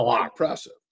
impressive